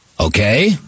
Okay